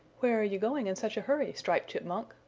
where are you going in such a hurry, striped chipmunk?